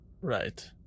Right